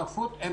אותה,